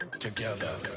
together